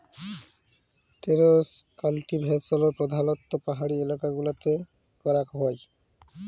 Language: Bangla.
টেরেস কাল্টিভেশল প্রধালত্ব পাহাড়ি এলাকা গুলতে ক্যরাক হ্যয়